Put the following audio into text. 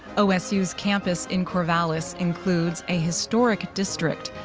osu's campus in corvallis includes a historic district,